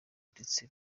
ndetse